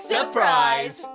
Surprise